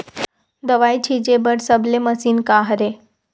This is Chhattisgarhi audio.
दवाई छिंचे बर सबले मशीन का हरे?